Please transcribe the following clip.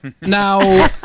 Now